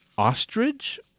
Ostrich